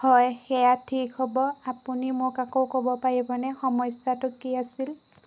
হয় সেয়া ঠিক হ'ব আপুনি মোক আকৌ ক'ব পাৰিবনে সমস্যাটো কি আছিল